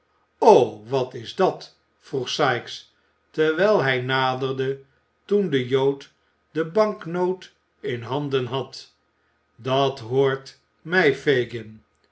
wat is dat vroeg sikes terwijl hij naderde toen de jood de banknoot in handen had dat hoort mij fagin